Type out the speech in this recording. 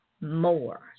more